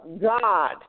God